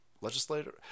legislator